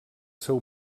seu